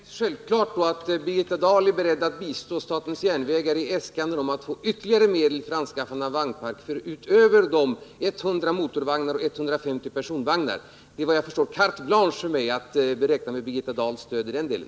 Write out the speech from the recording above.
Herr talman! Jag tar det som helt självklart att Birgitta Dahl är beredd att bistå statens järnvägar i dess äskanden om att få ytterligare medel för anskaffande av vagnpark, utöver 100 motorvagnar och 150 personvagnar. Det är, såvitt jag förstår, carte blanche för mig; jag kan räkna med Birgitta Dahls stöd i den delen.